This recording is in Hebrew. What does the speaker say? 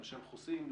למשל חוסים.